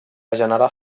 generar